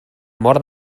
mort